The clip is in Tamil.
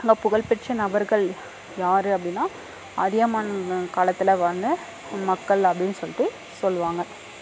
அங்கே புகழ்பெற்ற நபர்கள் யார் அப்படினா அதியமான் காலத்தில் வாழ்ந்த மக்கள் அப்படின்னு சொல்லிட்டு சொல்லுவாங்க